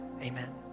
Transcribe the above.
amen